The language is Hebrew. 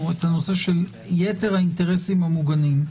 את הנושא של יתר האינטרסים המוגנים,